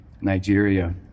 Nigeria